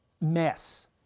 mess